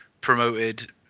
promoted